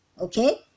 okay